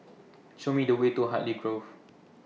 Show Me The Way to Hartley Grove